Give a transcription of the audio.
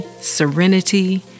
serenity